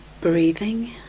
breathing